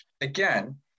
Again